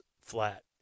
flat